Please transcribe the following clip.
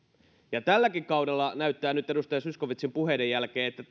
ja tälläkin kaudella näyttää nyt edustaja zyskowiczin puheiden jälkeen siltä että